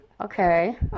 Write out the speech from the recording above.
Okay